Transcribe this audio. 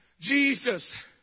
Jesus